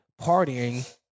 partying